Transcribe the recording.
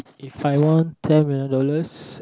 If I won ten million dollars